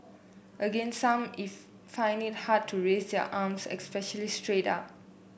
again some if find it hard to raise their arms especially straight up